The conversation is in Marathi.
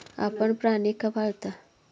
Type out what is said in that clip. आपण प्राणी का पाळता?